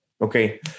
okay